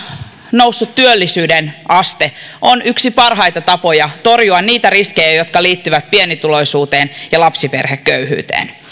noussut työllisyyden aste on lapsiperheidenkin näkökulmasta yksi parhaita tapoja torjua niitä riskejä jotka liittyvät pienituloisuuteen ja lapsiperheköyhyyteen